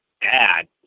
bad